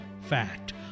Fact